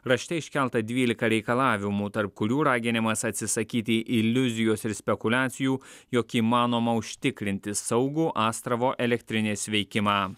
rašte iškelta dvylika reikalavimų tarp kurių raginimas atsisakyti iliuzijos ir spekuliacijų jog įmanoma užtikrinti saugų astravo elektrinės veikimą